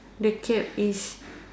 the cap is